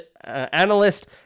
analyst